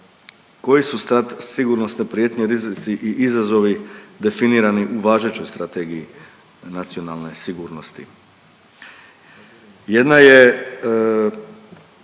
koje su sigurnosne prijetnje, rizici i izazovi definirani u važećoj Strategiji nacionalne sigurnosti?